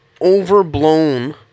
overblown